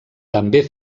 també